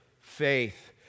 faith